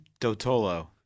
Dotolo